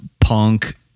punk